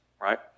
right